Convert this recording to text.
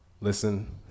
Listen